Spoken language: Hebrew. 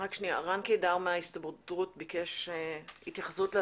רק שנייה, רן קידר ביקש התייחסות ספציפית.